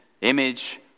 image